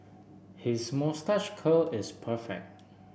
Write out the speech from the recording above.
his moustache curl is perfect